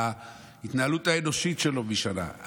ההתנהלות האנושית שלו משתנה,